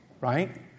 right